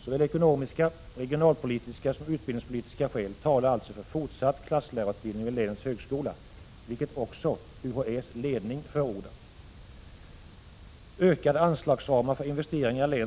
Såväl ekonomiska och regionalpolitiska som utbildningspolitiska skäl talar alltså för fortsatt klasslärarutbildning vid länets högskola, vilket också UHÄ:s ledning förordar.